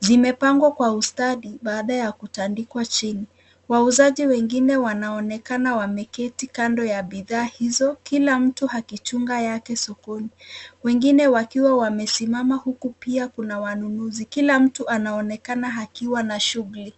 Zimepangwa kwa ustadi baada ya kutandikwa chini wauzaji wengine wanaonekana wameketi kando ya bidhaa hizo kila mtu akichunga yake sokoni wengine wakiwa wamesimama huku pia kuna wanunuzi kila mtu anaonekana akiwa na shughuli.